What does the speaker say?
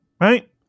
Right